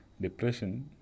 depression